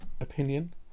opinion